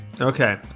Okay